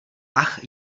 ach